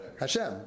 Hashem